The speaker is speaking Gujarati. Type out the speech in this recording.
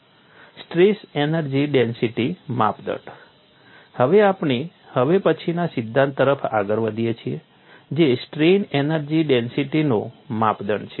સ્ટ્રેસ એનર્જી ડેન્સિટી માપદંડ હવે આપણે હવે પછીના સિદ્ધાંત તરફ આગળ વધીએ છીએ જે સ્ટ્રેઇન એનર્જી ડેન્સિટીનો માપદંડ છે